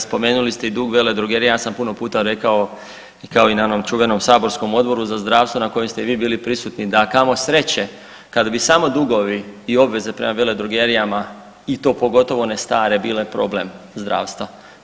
Spomenuli ste i dug veledrogerija ja sam puno puta rekao kao i na onom čuvenom saborskom Odboru za zdravstvo na kojem ste i vi bili prisutni da kamo sreće kada bi samo dugovi i obveze prema veledrogerijama i to pogotovo one stare bile problem zdravstva.